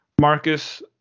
Marcus